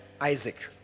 Isaac